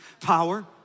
Power